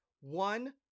one